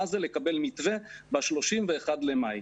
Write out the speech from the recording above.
מה זה לקבל מתווה ב-31 למאי.